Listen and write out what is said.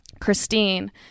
Christine